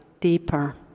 deeper